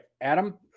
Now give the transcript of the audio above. Adam